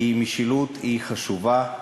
כי משילות היא חשובה,